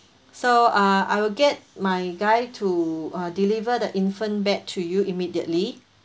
so uh I will get my guy to uh deliver the infant bed to you immediately